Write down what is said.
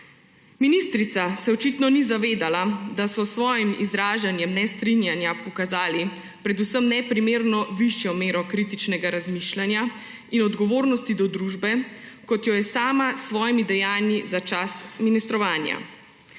Ministrica se očitno ni zavedala, da so s svojim izražanjem nestrinjanja pokazali predvsem neprimerno višjo mero kritičnega razmišljanja in odgovornosti do družbe, kot jo je sama s svojimi dejanji za čas ministrovanja.